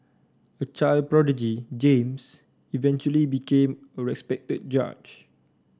a child prodigy James eventually became a respected judge